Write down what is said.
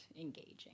engaging